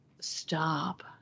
Stop